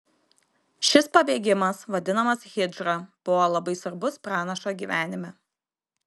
šis pabėgimas vadinamas hidžra buvo labai svarbus pranašo gyvenime